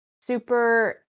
super